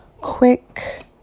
quick